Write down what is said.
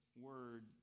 word